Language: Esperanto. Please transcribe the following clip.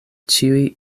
ĉiuj